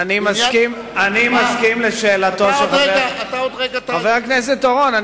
אני מסכים להערתו של חבר הכנסת אורון.